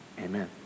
Amen